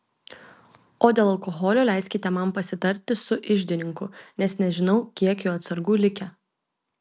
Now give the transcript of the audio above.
o dėl alkoholio leiskite man pasitarti su iždininku nes nežinau kiek jo atsargų likę